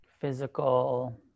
physical